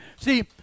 See